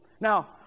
Now